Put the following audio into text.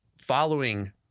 following